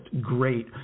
great